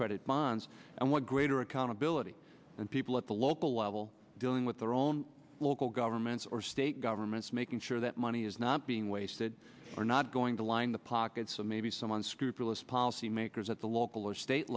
credit bonds and what greater accountability and people at the local level dealing with their own local governments or state governments making sure that money is not being wasted or not going to line the pockets of maybe someone scrupulous policymakers at the local or state